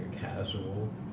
casual